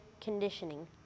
conditioning